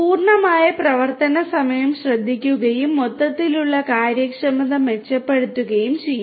പൂർണ്ണമായ പ്രവർത്തന സമയം ശ്രദ്ധിക്കുകയും മൊത്തത്തിലുള്ള കാര്യക്ഷമത മെച്ചപ്പെടുത്തുകയും ചെയ്യും